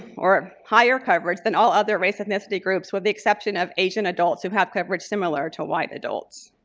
or higher coverage than all other race ethnicity groups, with the exception of asian adults who have coverage similar to white adults.